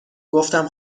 گفتم